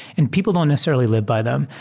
and people don't necessarily live by them.